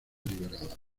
liberada